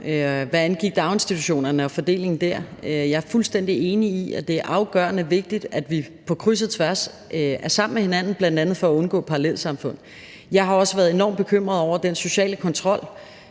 hvad angik daginstitutionerne og fordelingen dér. Jeg er fuldstændig enig i, at det er afgørende vigtigt, at vi på kryds og tværs er sammen med hinanden, bl.a. for at undgå parallelsamfund. Jeg har også været enormt bekymret over den sociale kontrol.